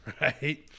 right